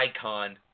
icon